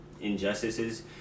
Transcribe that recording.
injustices